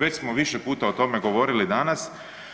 Već smo više puta o tome govorili danas,